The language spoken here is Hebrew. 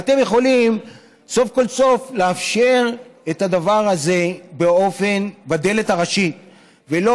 ואתם יכולים סוף-כל-סוף לאפשר את הדבר הזה בדלת הראשית ולא